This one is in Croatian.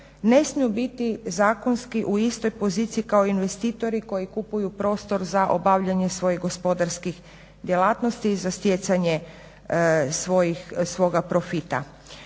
ne smiju biti zakonski u istoj poziciji kao investitori koji kupuju prostor za obavljanje svojih gospodarskih djelatnosti i za stjecanje svoga profita.